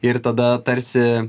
ir tada tarsi